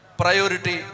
priority